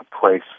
place